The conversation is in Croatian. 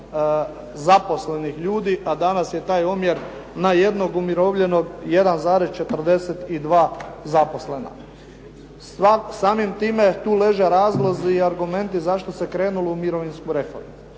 zaposlenih ljudi a danas je taj omjer na jednog umirovljenog 1,42 zaposlena. Samim time tu leže razlozi i argumenti zašto se krenulo u mirovinsku reformu.